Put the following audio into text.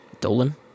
Dolan